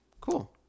Cool